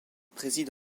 préside